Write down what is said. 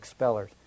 expellers